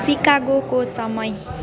सिकागोको समय